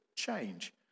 Change